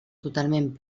totalment